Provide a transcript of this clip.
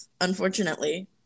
unfortunately